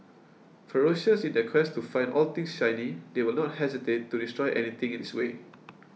ferocious in their quest to find all things shiny they will not hesitate to destroy anything in its way